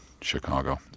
Chicago